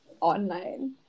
online